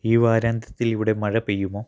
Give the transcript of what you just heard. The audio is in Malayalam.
ഈ വാരാന്ത്യത്തില് ഇവിടെ മഴ പെയ്യുമോ